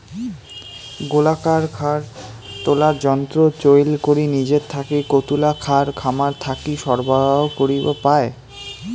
গোলাকার খ্যার তোলার যন্ত্র চইল করি নিজের থাকি কতুলা খ্যার খামার থাকি সরবরাহ করির পায়?